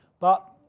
but